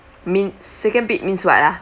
mean second bed means what ah